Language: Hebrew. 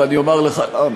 ואני אומַר לך למה.